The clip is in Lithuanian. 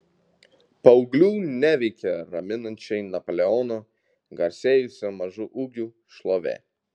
paauglių neveikia raminančiai napoleono garsėjusio mažu ūgiu šlovė